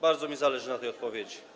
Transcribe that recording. Bardzo mi zależy na tej odpowiedzi.